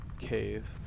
cave